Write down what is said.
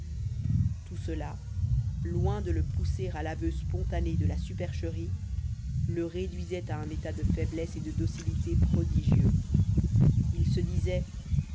tout cela loin de le pousser à l'aveu spontané de la supercherie le réduisait à un état de faiblesse et de docilité prodigieux il se disait